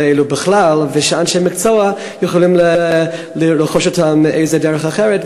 האלה בכלל ושאנשי מקצוע יוכלו לרכוש אותם בדרך אחרת,